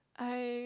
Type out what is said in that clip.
I